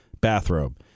bathrobe